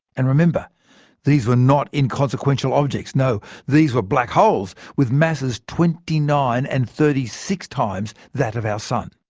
and remember these were not inconsequential objects. no, these were black holes, with masses twenty nine and thirty six times that of our sun!